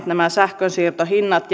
nämä sähkönsiirtohinnat